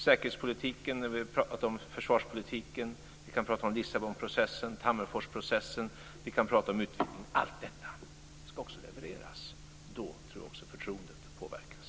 Säkerhetspolitiken och försvarspolitiken har vi pratat om. Vi kan prata om Lissabonprocessen, Tammerforsprocessen. Vi kan prata om utvidgningen. Allt detta ska också levereras. Då tror jag att också förtroendet påverkas.